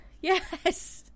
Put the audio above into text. yes